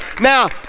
now